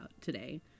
today